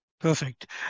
Perfect